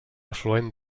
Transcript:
afluent